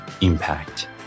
impact